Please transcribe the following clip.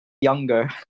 younger